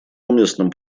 уместным